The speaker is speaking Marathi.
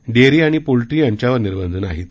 डेअरी आणि पोल्ट्री यांच्यावर निर्बंध नाहीत